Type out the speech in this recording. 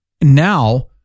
Now